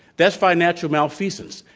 that's financial malfeasance,